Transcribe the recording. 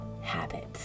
habits